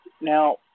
Now